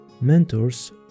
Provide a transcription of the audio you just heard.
mentors